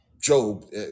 Job